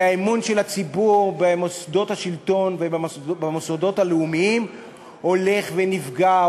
והאמון של הציבור במוסדות השלטון ובמוסדות הלאומיים הולך ונפגע,